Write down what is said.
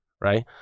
Right